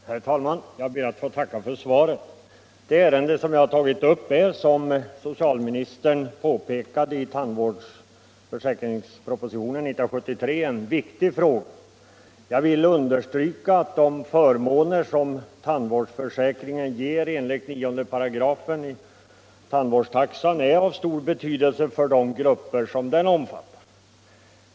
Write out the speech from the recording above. Herr talman! Jag ber att få tacka för svaret. Det ärende jag har tagit upp är viktigt, såsom socialministern påpekade i propositionen om tandvårdsförsäkringen 1973. Jag vill understryka att de förmåner som tandvårdsförsäkringen ger enligt 9 § tandvårdstaxan är av stor betydelse för de grupper den omfattar.